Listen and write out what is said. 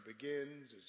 begins